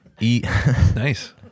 Nice